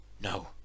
No